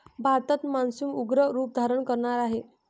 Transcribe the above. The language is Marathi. भारतात मान्सून उग्र रूप धारण करणार आहे